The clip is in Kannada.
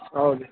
ಹೌದು